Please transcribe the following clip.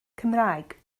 cymraeg